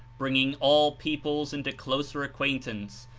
bring ing all peoples into closer acquaintance,